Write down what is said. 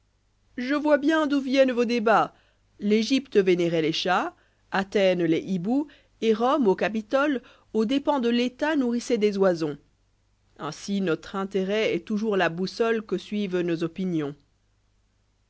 je vois bien d'où viennent vos débats l'egypte vénérait les chats athènes les hibous et rome au capitole aux dépens de l'état nqurrissoit dès oisons r ainsi notre intérêt est toujours'là boussole que suivent nos opinions